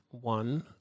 one